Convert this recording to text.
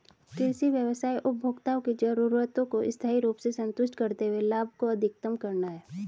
कृषि व्यवसाय उपभोक्ताओं की जरूरतों को स्थायी रूप से संतुष्ट करते हुए लाभ को अधिकतम करना है